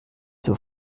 zur